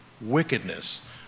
wickedness